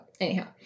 anyhow